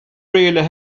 really